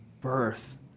birth